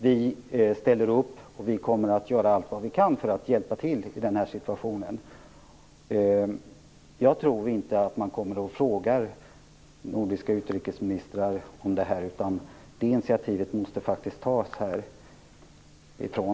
Vi ställer upp, och vi kommer att göra allt vad vi kan för att hjälpa till i den här situationen. Jag tror inte att man kommer och frågar nordiska utrikesministrar om detta, utan det initiativet måste tas härifrån.